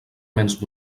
béns